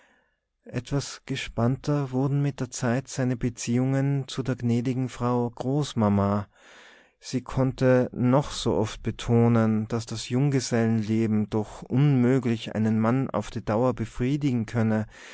etwas gespannter wurden mit der zeit seine beziehungen zu der gnädigen frau großmama sie konnte noch so oft betonen daß das junggesellenleben doch unmöglich einen mann auf die dauer befriedigen könne